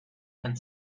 and